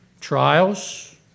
Trials